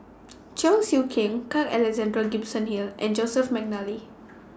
Cheong Siew Keong Carl Alexander Gibson Hill and Joseph Mcnally